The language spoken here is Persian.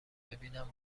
ببینم